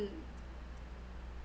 mm